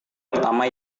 pertama